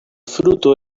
fruto